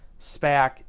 SPAC